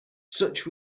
such